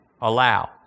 allow